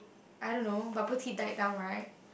I don't know bubble tea died down right